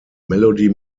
melody